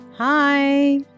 Hi